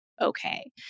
okay